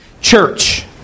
church